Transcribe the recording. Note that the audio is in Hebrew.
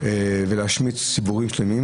ולהשמיץ ציבורים שלמים,